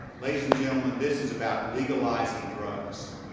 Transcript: ladies and gentlemen, this is about legalizing drugs.